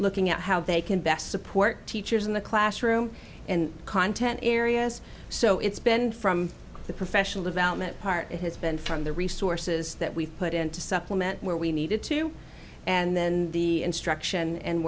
looking at how they can best support teachers in the classroom and content areas so it's been from the professional development part it has been from the resources that we've put in to supplement where we needed to and then the instruction and